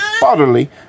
bodily